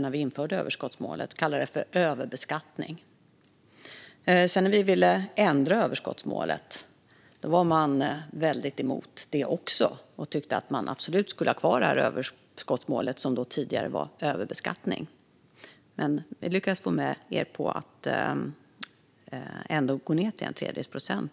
när vi införde överskottsmålet, och de kallade det för överbeskattning. När vi sedan ville ändra överskottsmålet var de också mycket emot det och tyckte att vi absolut skulle ha kvar överskottsmålet, som tidigare kallats överbeskattning. Men vi lyckades få med dem på att gå ned till en tredjedels procent.